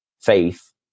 faith